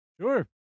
Sure